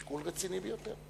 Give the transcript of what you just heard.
שיקול רציני ביותר.